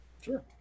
Sure